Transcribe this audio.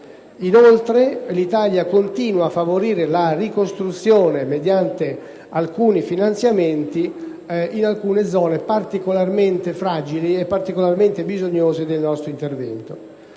Inoltre l'Italia continua a favorire la ricostruzione, mediante taluni finanziamenti, in alcune zone particolarmente fragili e bisognose del nostro intervento.